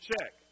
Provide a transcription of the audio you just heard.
check